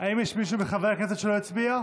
האם יש מישהו מחברי הכנסת שלא הצביע?